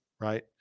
right